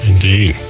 Indeed